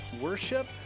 Worship